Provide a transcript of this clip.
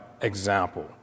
example